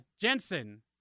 Jensen